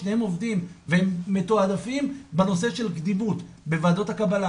שניהם עובדים והם מתועדפים בנושא של קדימות בוועדות הקבלה.